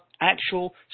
actual